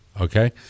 okay